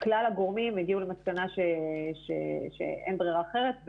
כלל הגורמים הגיעו למסקנה שאין ברירה אחרת,